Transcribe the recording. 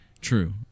True